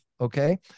okay